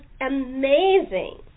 amazing